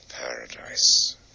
paradise